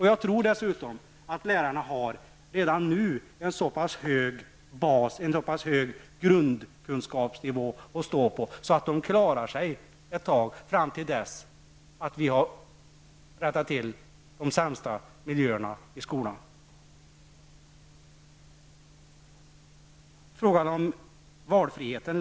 Jag tror dessutom att lärarna redan nu har en så pass hög grundkunskapsnivå att stå på att de klarar sig ett tag, fram till dess att vi har rättat till de sämsta miljöerna i skolan.